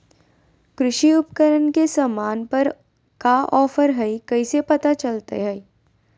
कृषि उपकरण के सामान पर का ऑफर हाय कैसे पता चलता हय?